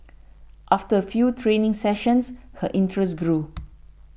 after a few training sessions her interest grew